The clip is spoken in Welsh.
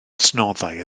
adnoddau